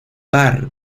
var